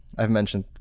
i've mentioned,